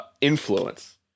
influence